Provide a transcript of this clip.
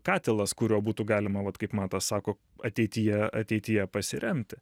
katilas kurio būtų galima vat kaip matas sako ateityje ateityje pasiremti